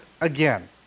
again